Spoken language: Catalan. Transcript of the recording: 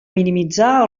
minimitzar